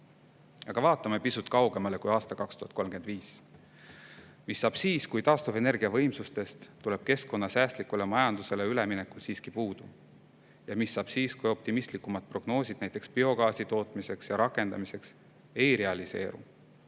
vaatame pisut kaugemale kui aasta 2035. Mis saab siis, kui taastuvenergiavõimsustest tuleb keskkonnasäästlikule majandusele üleminekul siiski puudu? Ja mis saab siis, kui optimistlikumad prognoosid näiteks biogaasi tootmiseks ja rakendamiseks ei realiseeru?